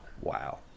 Wow